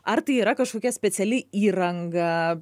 ar tai yra kažkokia speciali įranga